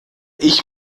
ich